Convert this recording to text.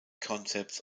concept